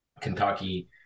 Kentucky